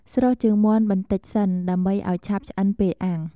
ស្រុះជើងមាន់បន្តិចសិន ដើម្បីឱ្យឆាប់ឆ្អិនពេលអាំង។